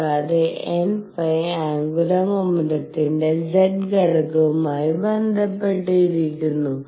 കൂടാതെ nϕ angular മോമെന്റത്തിന്റെ z ഘടകവുമായി ബന്ധപ്പെട്ടിരിക്കുന്നു